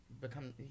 become